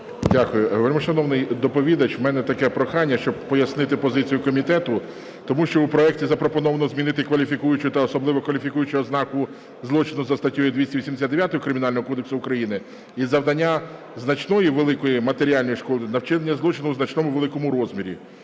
Дякую. Вельмишановний доповідач, в мене таке прохання, щоб пояснити позицію комітету, тому що у проекті запропоновано змінити кваліфікуючу та особливу кваліфікуючу ознаку злочину за статтею 289 Кримінального кодексу України і завдання значної великої матеріальної шкоди на вчинення злочину у значному великому розмірі.